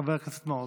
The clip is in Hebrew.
חבר הכנסת מעוז,